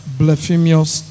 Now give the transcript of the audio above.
blasphemous